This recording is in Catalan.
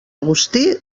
agustí